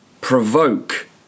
provoke